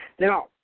now